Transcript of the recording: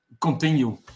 continue